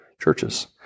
churches